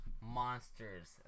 monsters